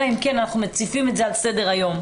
אלא אם כן אנחנו מציפים את זה על סדר היום.